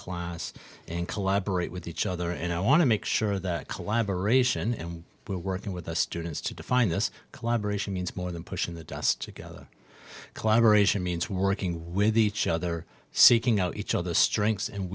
class and collaborate with each other and i want to make sure that collaboration and working with the students to define this collaboration means more than pushing the dust to gather collaboration means working with each other seeking out each other's strengths and